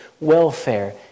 welfare